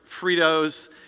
Fritos